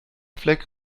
fleck